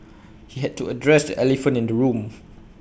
he had to address the elephant in the room